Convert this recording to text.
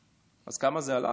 אז כמה זה עלה?